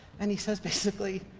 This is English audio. and he says basically,